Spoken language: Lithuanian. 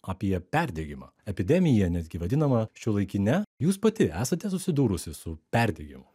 apie perdegimą epidemiją netgi vadinama šiuolaikine jūs pati esate susidūrusi su perdegimu